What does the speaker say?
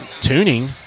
tuning